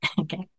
Okay